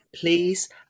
please